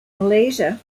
malaysia